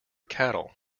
cattle